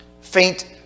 faint